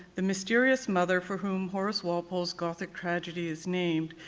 the mysterious mother for whom horace walpole's gothic tragedy is named,